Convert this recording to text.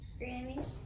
Grammys